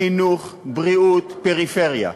חינוך, בריאות, פריפריה.